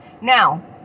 now